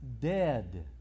dead